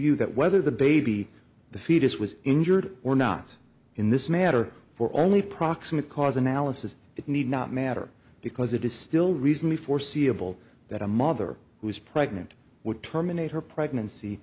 you that whether the baby the fetus was injured or not in this matter for only proximate cause analysis it need not matter because it is still recently foreseeable that a mother who is pregnant would terminate her pregnancy